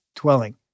dwelling